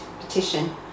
petition